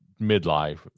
midlife